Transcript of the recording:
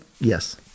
yes